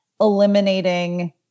eliminating